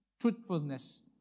truthfulness